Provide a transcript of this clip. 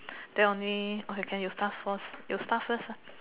then only okay can you start first you start first lah